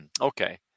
Okay